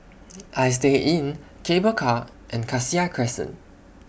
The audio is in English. Istay Inn Cable Car and Cassia Crescent